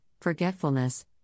forgetfulness